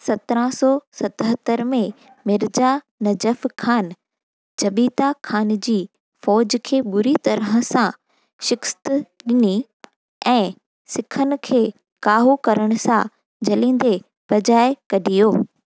सत्रहं सौ सतहतरि में मिर्ज़ा नजफ़ ख़ान जबीता ख़ान जी फ़ौज खे बुरी तरह सां शिकिस्तु ॾिनी ऐं सिखनि खे काहू करण सां झलींदे भॼाए कढियो